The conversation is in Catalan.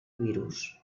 virus